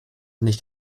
nicht